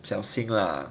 小心 lah